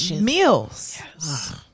meals